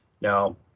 now